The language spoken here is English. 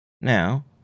Now